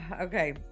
okay